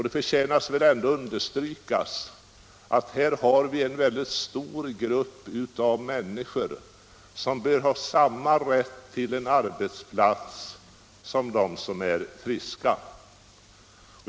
Det förtjänar att understrykas att här har vi en stor grupp människor som bör ha samma rätt till en arbetsplats som de friska.